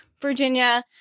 Virginia